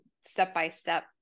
step-by-step